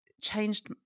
changed